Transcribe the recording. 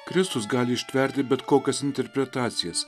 kristus gali ištverti bet kokias interpretacijas